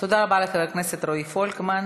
תודה רבה לחבר הכנסת רועי פולקמן.